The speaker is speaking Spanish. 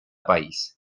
país